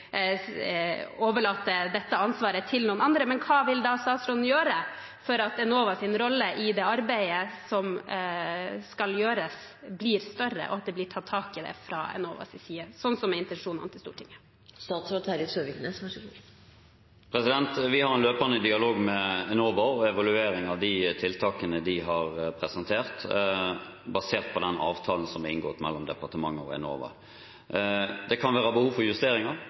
overlate dette ansvaret til noen andre nå. Men hva vil statsråden gjøre for at Enovas rolle i det arbeidet som skal gjøres, blir større, og for at det blir tatt tak i det fra Enovas side, slik intensjonene til Stortinget er? Vi har en løpende dialog med Enova og evaluerer de tiltakene de har presentert, basert på den avtalen som er inngått mellom departementet og Enova. Det kan være behov for justeringer,